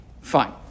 Fine